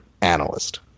Analyst